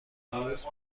هیوز